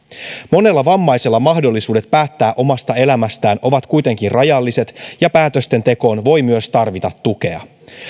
monella vammaisella mahdollisuudet päättää omasta elämästään ovat kuitenkin rajalliset ja päätösten tekoon voi myös tarvita tukea